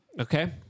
Okay